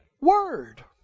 word